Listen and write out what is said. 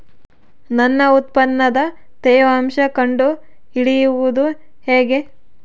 ನನ್ನ ಉತ್ಪನ್ನದ ತೇವಾಂಶ ಕಂಡು ಹಿಡಿಯುವುದು ಹೇಗೆ?